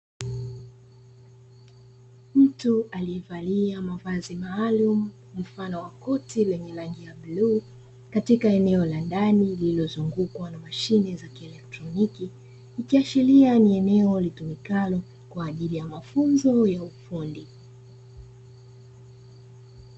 Mtu aliyevalia mavazi maalumu mfano wa koti lenye rangi ya bluu, katika eneo la ndani lililozungukwa na mashine za kielektroniki, ikiashiria kuwa ni eneo litumikalo kwa ajili ya mafunzo ya ufundi.